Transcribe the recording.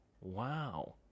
wow